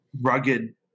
rugged